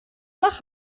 nach